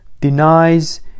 denies